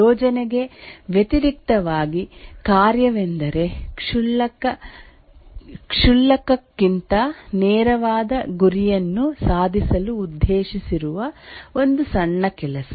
ಯೋಜನೆಗೆ ವ್ಯತಿರಿಕ್ತವಾದ ಕಾರ್ಯವೆಂದರೆ ಕ್ಷುಲ್ಲಕಕ್ಕಿಂತ ನೇರವಾದ ಗುರಿಯನ್ನು ಸಾಧಿಸಲು ಉದ್ದೇಶಿಸಿರುವ ಒಂದು ಸಣ್ಣ ಕೆಲಸ